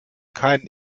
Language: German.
keinen